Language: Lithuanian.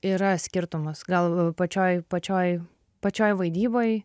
yra skirtumas gal pačioj pačioj pačioj vaidyboj